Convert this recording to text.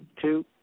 two